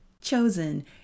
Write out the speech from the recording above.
chosen